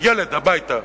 ילד הביתה,